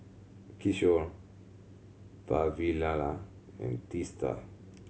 Kishore Vavilala and Teesta